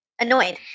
annoyed